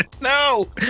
no